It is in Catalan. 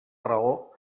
raó